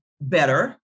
better